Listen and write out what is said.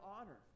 honor